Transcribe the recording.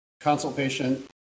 consultation